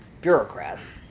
bureaucrats